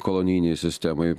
kolonijinei sistemai